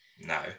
No